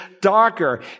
darker